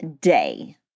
day